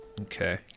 okay